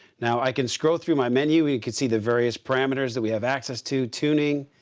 now, i can scroll through my menu. we can see the various parameters that we have access to tuning,